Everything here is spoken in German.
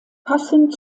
passend